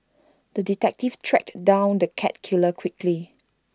the detective tracked down the cat killer quickly